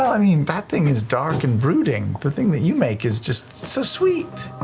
i mean, that thing is dark and brooding. the thing that you make is just so sweet.